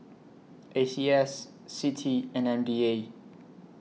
A C S CITI and M D A